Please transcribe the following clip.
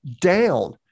down